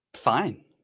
fine